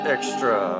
Extra